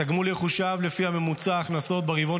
התגמול יחושב לפי ממוצע ההכנסות ברבעון